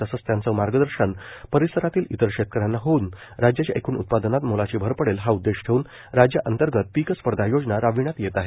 तसंच त्यांचं मार्गदर्शन परिसरातील इतर शेतकऱ्यांना होऊन राज्याच्या एकूण उत्पादनात मोलाची भर पडेल हा उददेश ठेऊन राज्यांतर्गत पिकस्पर्धा योजना राबविण्यात येत आहे